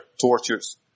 tortures